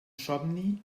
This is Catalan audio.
somni